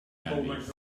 candies